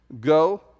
Go